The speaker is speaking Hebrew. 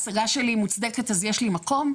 ההשגה שלי מוצדקת אז יש לי מקום?